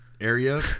area